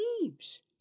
leaves